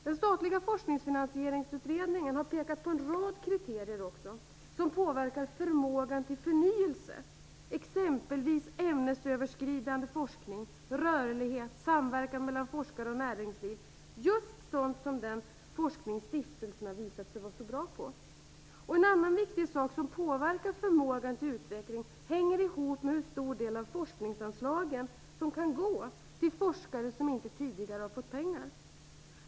Den statliga forskningsfinansieringsutredningen har pekat på en rad kriterier som påverkar förmågan till förnyelse, exempelvis ämnesöverskridande forskning, rörlighet, samverkan mellan forskare och näringsliv - just sådant som den forskning stiftelserna bekostat visat sig vara så bra på. En annan viktig sak som påverkar förmågan till utveckling hänger ihop med hur stor del av forskningsanslagen som kan gå till forskare som inte tidigare har fått pengar.